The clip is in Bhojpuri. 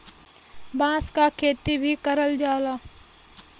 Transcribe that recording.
बांस क खेती भी करल जाला